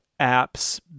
apps